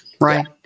Right